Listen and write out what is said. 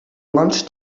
lunch